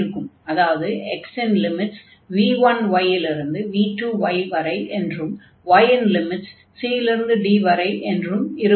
அதாவது x இன் limits v1y இலிருந்து v2y வரை என்றும் y இன் லிமிட்ஸ் c இலிருந்து d வரை என்றும் இருக்கும்